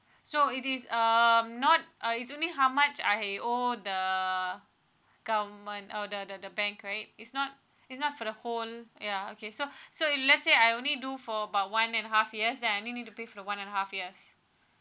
so is this um not uh is only how much I owe the government uh the the the bank right it's not it's not for the whole ya okay so so if let's say I only do for about one and half years then I need need to pay for the one and half years